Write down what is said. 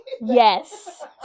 Yes